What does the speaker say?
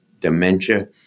dementia